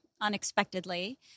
unexpectedly